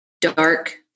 dark